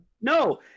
No